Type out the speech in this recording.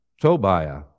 Tobiah